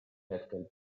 hetkel